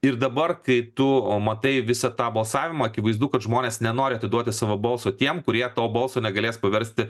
ir dabar kai tu o matai visą tą balsavimą akivaizdu kad žmonės nenori atiduoti savo balso tiem kurie to balso negalės paversti